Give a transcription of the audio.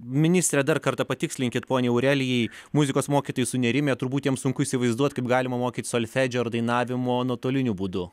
ministre dar kartą patikslinkit poniai aurelijai muzikos mokytojai sunerimę turbūt jiems sunku įsivaizduot kaip galima mokyt solfedžio ar dainavimo nuotoliniu būdu